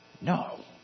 No